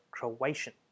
Croatian